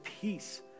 peace